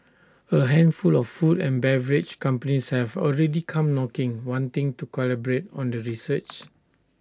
A handful of food and beverage companies have already come knocking wanting to collaborate on the research